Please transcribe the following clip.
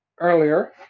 Earlier